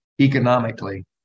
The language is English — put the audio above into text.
economically